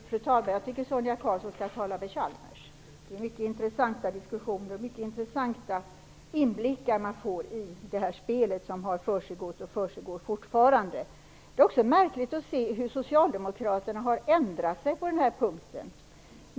Fru talman! Jag tycker att Sonia Karlsson skall tala med Chalmers. Det är mycket intressanta diskussioner och mycket intressanta inblickar man får i det spel som har pågått och fortfarande pågår. Det är också märkligt att se hur socialdemokraterna har ändrat sig på den här punkten.